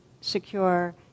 secure